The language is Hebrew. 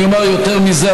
אני אומר יותר מזה,